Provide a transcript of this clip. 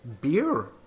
beer